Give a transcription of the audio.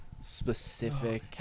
specific